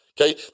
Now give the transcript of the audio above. okay